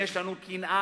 אם יש לנו קנאה,